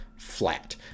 flat